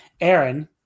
Aaron